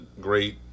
great